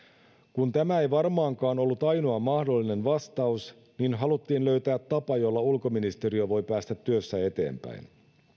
kun tämä ei varmaankaan ollut ainoa mahdollinen vastaus niin haluttiin löytää tapa jolla ulkoministeriö voi päästä työssä eteenpäin